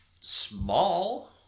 small